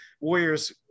Warriors